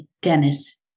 Dennis